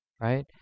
right